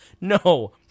no